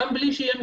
גם בלי שיהיה מפרט,